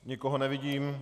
Nikoho nevidím.